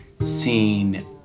seen